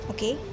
Okay